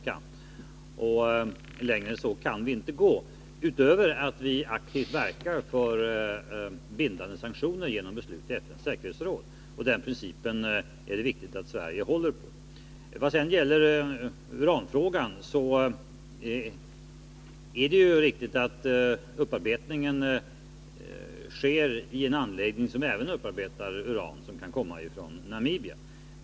Därutöver verkar vi aktivt för införande av globala sanktioner genom beslut i FN:s säkerhetsråd. Vad sedan gäller uranfrågan är det riktigt att upparbetning sker i en anläggning som även upparbetar uran som kan komma från Namibia.